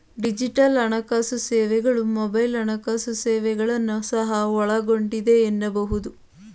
digital ಹಣಕಾಸು ಸೇವೆಗಳು mobile ಹಣಕಾಸು ಸೇವೆಗಳನ್ನ ಸಹ ಒಳಗೊಂಡಿದೆ ಎನ್ನಬಹುದು